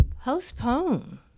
postpone